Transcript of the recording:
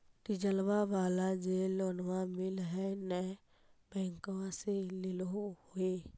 डिजलवा वाला जे लोनवा मिल है नै बैंकवा से लेलहो हे?